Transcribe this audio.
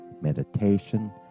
meditation